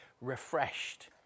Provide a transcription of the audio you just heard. refreshed